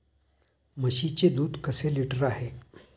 म्हशीचे दूध कसे लिटर आहे?